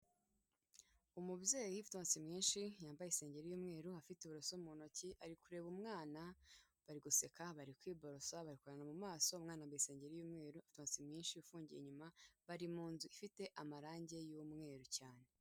Umubyeyi ufite imisatsi myinshi yambaye isengeri y'umweru, afite uburoso mu ntoki ari kureba umwana bari guseka bari kwiborosa bari kerebana mu maso, umwana yambaye isengera y'umweru afite imisatsi myinshi ifungiye inyuma, bari mu nzu ifite amarange y'umweru cyane.